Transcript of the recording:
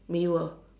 没有 ah